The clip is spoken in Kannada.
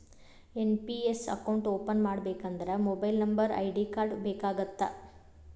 ಎನ್.ಪಿ.ಎಸ್ ಅಕೌಂಟ್ ಓಪನ್ ಮಾಡಬೇಕಂದ್ರ ಮೊಬೈಲ್ ನಂಬರ್ ಐ.ಡಿ ಕಾರ್ಡ್ ಬೇಕಾಗತ್ತಾ?